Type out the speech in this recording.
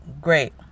Great